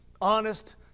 honest